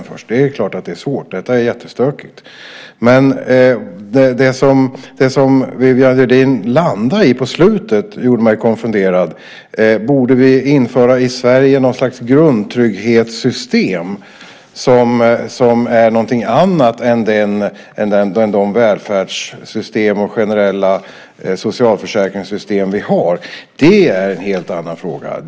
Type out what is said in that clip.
Det är klart att det är svårt. Detta är jättestökigt. Det som Viviann Gerdin landade i på slutet gjorde mig dock konfunderad. Borde vi i Sverige införa ett slags grundtrygghetssystem som är något annat än de välfärdssystem och generella socialförsäkringssystem vi redan har? Det är en helt annan fråga.